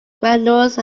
granules